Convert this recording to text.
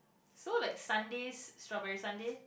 so like sundaes strawberry sundae